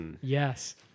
Yes